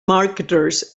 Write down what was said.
marketers